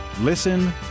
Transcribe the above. Listen